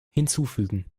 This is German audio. hinzufügen